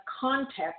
context